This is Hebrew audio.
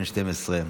בן 12,